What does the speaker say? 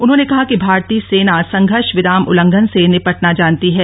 उन्होंने कहा कि भारतीय सेना संघर्ष विराम उल्लंघन से निपटना जानती है